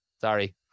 Sorry